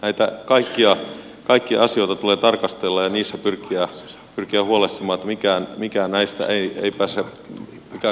näitä kaikkia asioita tulee tarkastella ja niissä pyrkiä huolehtimaan että mikään näistä ei pääse ikään kuin repsahtamaan